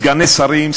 סגני שרים,